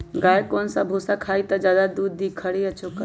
गाय कौन सा भूसा खाई त ज्यादा दूध दी खरी या चोकर?